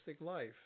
Life